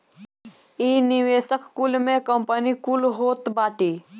इ निवेशक कुल में कंपनी कुल होत बाटी